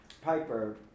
Piper